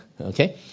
Okay